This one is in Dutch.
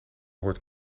hoort